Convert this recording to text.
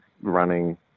running